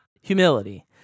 humility